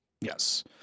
Yes